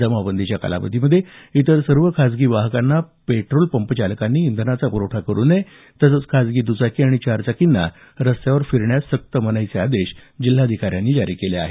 जमावबंदीच्या कालावधीमध्ये इतर सर्व खाजगी वाहनांना पेट्रोलपंप चालकांनी इंधनाचा प्रवठा करु नये तसंच खाजगी दचाकी आणि चारचाकींना रस्त्यावर फिरण्यास सक्त मनाईचे आदेश जिल्हाधिकाऱ्यांनी जारी केले आहेत